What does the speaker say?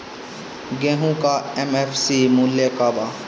गेहू का एम.एफ.सी मूल्य का बा?